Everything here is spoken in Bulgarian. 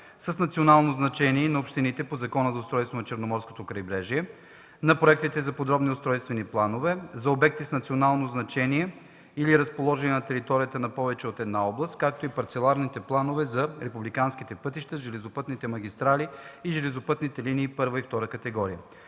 с национално значение и на общините по Закона за устройството на Черноморското крайбрежие, на проектите за подробни устройствени планове за обекти с национално значение или разположени на територията на повече от една област, както и парцеларните планове за републиканските пътища, железопътните магистрали и железопътните линии I и II категория.